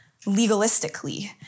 legalistically